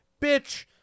Bitch